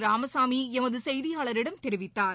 ராமசாமி எமது செய்தியாளரிடம் தெரிவித்தார்